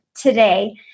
today